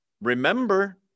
Remember